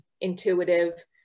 intuitive